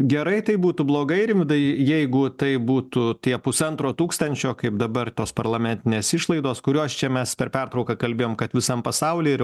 gerai tai būtų blogai rimvydai jeigu taip būtų tie pusantro tūkstančio kaip dabar tos parlamentinės išlaidos kurios čia mes per pertrauką kalbėjom kad visam pasauly ir